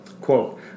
Quote